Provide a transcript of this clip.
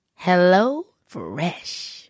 HelloFresh